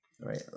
right